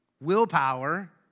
willpower